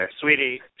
sweetie